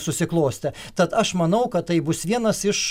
susiklostę tad aš manau kad tai bus vienas iš